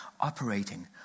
operating